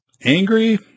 angry